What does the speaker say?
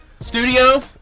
Studio